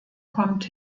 kommt